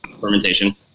fermentation